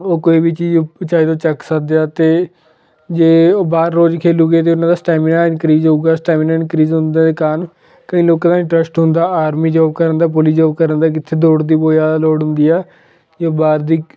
ਉਹ ਕੋਈ ਵੀ ਚੀਜ਼ ਚਾਹੇ ਉਹ ਚੱਕ ਸਕਦੇ ਆ ਅਤੇ ਜੇ ਉਹ ਬਾਹਰ ਰੋਜ਼ ਖੇਲੂਗੇ ਅਤੇ ਉਹਨਾਂ ਦਾ ਸਟੈਮੀਨਾ ਇਨਕਰੀਜ ਹੋਵੇਗਾ ਸਟੈਮੀਨਾ ਇਨਕਰੀਜ ਹੋਣ ਦੇ ਕਾਰਨ ਕਈ ਲੋਕਾਂ ਦਾ ਇੰਟਰਸਟ ਹੁੰਦਾ ਆਰਮੀ ਜੋਬ ਕਰਨ ਦਾ ਪੁਲਿਸ ਜੋਬ ਕਰਨ ਦਾ ਦੌੜ ਦੀ ਬਹੁਤ ਜ਼ਿਆਦਾ ਲੋੜ ਹੁੰਦੀ ਆ ਜੋ ਬਾਹਰ ਦੀ